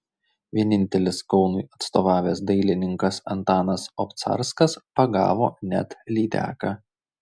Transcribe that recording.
vienintelis kaunui atstovavęs dailininkas antanas obcarskas pagavo net lydeką